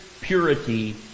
purity